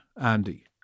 andy